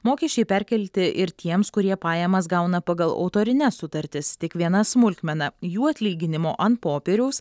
mokesčiai perkelti ir tiems kurie pajamas gauna pagal autorines sutartis tik viena smulkmena jų atlyginimo ant popieriaus